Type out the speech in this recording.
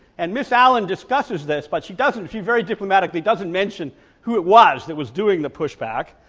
and miss allen discusses this, but she doesn't, she very diplomatically doesn't mention who it was that was doing the pushback,